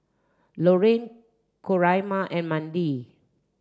Lorraine Coraima and Mandie